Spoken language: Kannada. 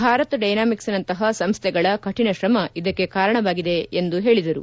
ಭಾರತ್ ಡೈನಾಮಿಕ್ಸ್ ನಂತಹ ಸಂಸ್ಥೆಗಳ ಕಠಿಣಶ್ರಮ ಇದಕ್ಕೆ ಕಾರಣವಾಗಿದೆ ಎಂದು ಹೇಳಿದರು